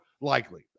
likely